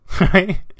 right